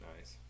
nice